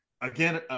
again